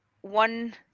one